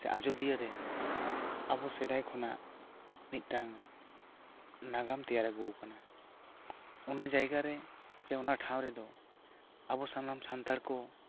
ᱥᱮ ᱟᱡᱚᱫᱤᱭᱟᱹ ᱨᱮ ᱟᱵᱚ ᱥᱮᱫᱟᱭ ᱠᱷᱚᱱᱟᱜ ᱢᱤᱫᱴᱟᱝ ᱱᱟᱜᱟᱢ ᱛᱮᱭᱟᱨ ᱟᱹᱜᱩ ᱟᱠᱟᱱᱟ ᱚᱱᱟ ᱡᱟᱭᱜᱟ ᱨᱮ ᱥᱮ ᱚᱱᱟ ᱴᱷᱟᱶ ᱨᱮᱫᱚ ᱟᱵᱚ ᱥᱟᱱᱟᱢ ᱥᱟᱱᱛᱟᱲ ᱠᱚ